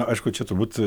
aišku čia turbūt